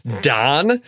Don